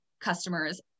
customers